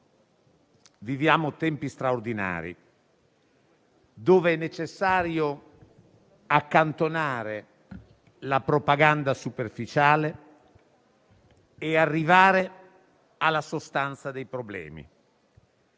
viviamo tempi straordinari, in cui è necessario accantonare la propaganda superficiale e arrivare alla sostanza dei problemi.